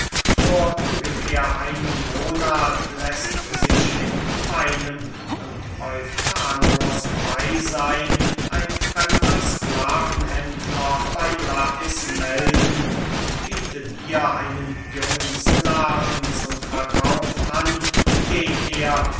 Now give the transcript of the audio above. vor ungefähr einem monat läßt sich in meinem und eufranors beyseyn ein fremder sklavenhändler bey lais melden und bietet ihr einen jungen sklaven zum verkauf an den er